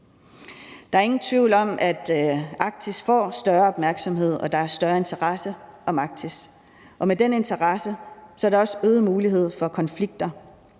Der er ingen tvivl om, at Arktis får større opmærksomhed, og at der er større interesse for Arktis, og med den interesse er der også øgede muligheder for konflikter.